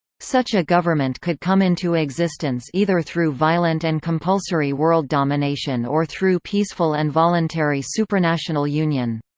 such a government could come into existence either through violent and compulsory world domination or through peaceful and voluntary supranational union.